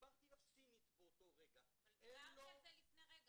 דיברתי אליו סינית באותו רגע --- אבל דיברתי על זה לפני רגע.